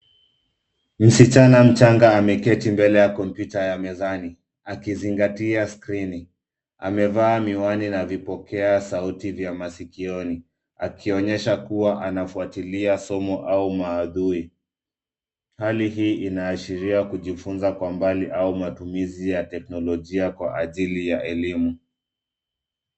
Msichana mchanga ameketi mbele ya kompyuta ya mezani; akizingatia skrini. Amevaa miwani na vipokea sauti vya masikioni, akionyesha kuwa anafuatilia somo au maudhui. Hali hii inaashiria kujifunza kwa mbali au matumizi ya teknolojia kwa ajili ya elimu.